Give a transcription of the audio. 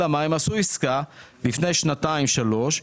אלא שהן עשו עסקה לפני שנתיים-שלוש,